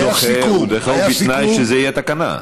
ובתנאי שזה יהיה בתקנה.